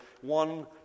one